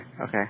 okay